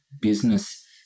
business